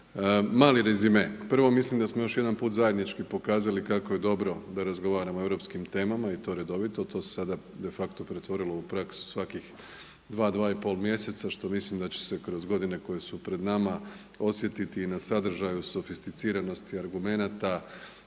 Mali rezime. Prvo, mislim da smo još jedan put zajednički pokazali kako je dobro da razgovaramo o europskim temama i to redovito, to se sada de facto pretvorilo u praksu svakih dva, dva i pol mjeseca što mislim da će se kroz godine koje su pred nama osjetiti i na sadržaju sofisticiranosti argumenata